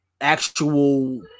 actual